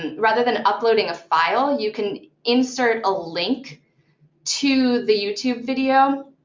and rather than uploading a file, you can insert a link to the youtube video,